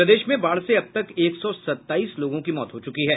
प्रदेश में बाढ़ से अब तक एक सौ सत्ताईस लोगों की मौत हो चुकी हैं